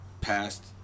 passed